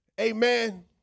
Amen